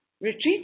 Retreat